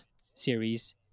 series